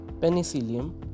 penicillium